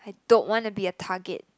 I don't wanna be a target